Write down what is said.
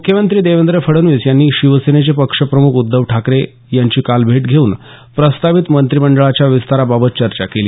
मुख्यमंत्री देवेंद्र फडणवीस यांनी शिवसेनेचे पक्षप्रमुख उद्धव ठाकरे यांची काल भेट घेऊन प्रस्तावित मंत्रिमंडळाच्या विस्ताराबाबत चर्चा केली